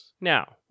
Now